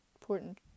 important